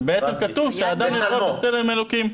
-- ובעצם כתוב שהאדם נברא בצלם אלוקים.